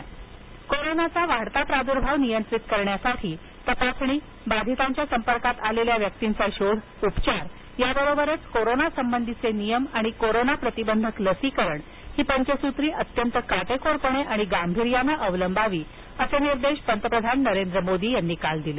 पंतप्रधान कोविड बैठक कोरोनाचा वाढता प्रादुर्भाव नियंत्रित करण्यासाठी तपासणी बाधितांच्या संपर्कात आलेल्या व्यक्तींचा शोध उपचार याबरोबरच कोरोना संबधीचे नियम आणि कोरोना प्रतिबंधक लसीकरण ही पंचसूत्री अत्यंत काटेकोरपणे आणि गांभिर्याने अवलंबावी असे निर्देश पंतप्रधान नरेंद्र मोदी यांनी काल दिले